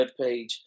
webpage